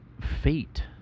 fate